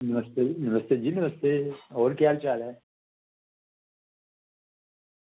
नमस्ते नमस्ते जी नमस्ते होर केह् हाल चाल ऐ